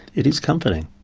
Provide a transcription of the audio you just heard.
it is comforting.